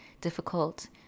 difficult